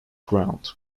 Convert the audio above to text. ground